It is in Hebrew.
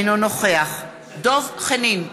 אינו נוכח דב חנין,